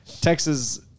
Texas